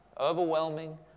overwhelming